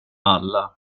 alla